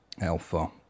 Alpha